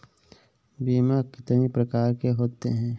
बीमा कितनी प्रकार के होते हैं?